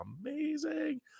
amazing